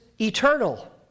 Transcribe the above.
eternal